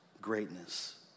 greatness